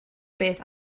beth